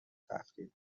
تخریب